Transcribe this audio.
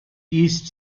east